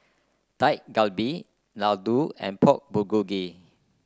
Dak Galbi Ladoo and Pork Bulgogi